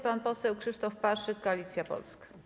Pan poseł Krzysztof Paszyk, Koalicja Polska.